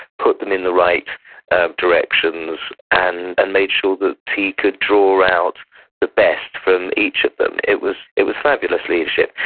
put them in the right directions, and and made sure that he could draw out the best from each of them. it was it was fabulous leadership.